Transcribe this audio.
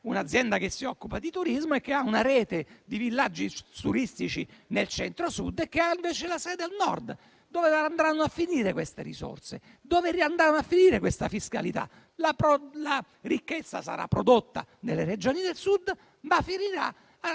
un'azienda che si occupa di turismo, che ha una rete di villaggi turistici nel Centro-Sud e la sede legale al Nord. Dove andranno a finire queste risorse? Dove andrà a finire il frutto di questa fiscalità? La ricchezza sarà prodotta nelle Regioni del Sud, ma andrà a